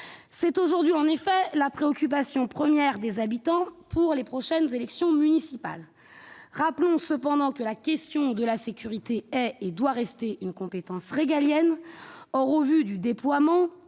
effet aujourd'hui la préoccupation première des habitants pour les prochaines élections municipales. Rappelons que la question de la sécurité est et doit rester une compétence régalienne. Or, au vu du déploiement-